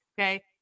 Okay